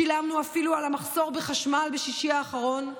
שילמנו אפילו על המחסור בחשמל בשישי האחרון,